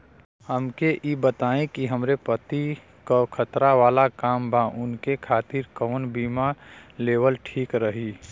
हमके ई बताईं कि हमरे पति क खतरा वाला काम बा ऊनके खातिर कवन बीमा लेवल ठीक रही?